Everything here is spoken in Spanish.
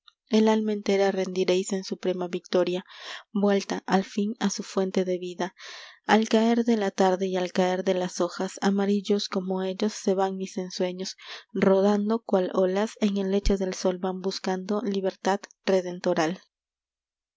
el alma entera rendiréis en suprema victoria vuelta al fin a su fuente de vida al caer de la farde y al caer de las hojas amarillos como ellos se van mis ensueños rodando cual olas en el lecho del sol van buscando libertad redentora